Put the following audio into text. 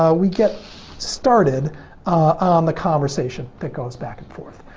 ah we get started on the conversation that goes back and forth.